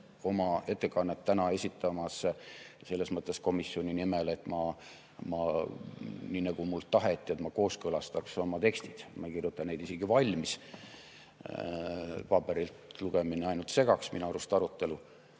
oma ettekannet täna esitamas selles mõttes komisjoni nimel, nii nagu mult taheti, et ma kooskõlastaks oma tekstid. Ma ei kirjuta neid isegi valmis. Paberilt lugemine ainult segaks minu arust arutelu.